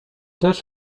też